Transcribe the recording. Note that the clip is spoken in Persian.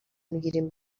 میگیریم